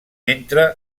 entra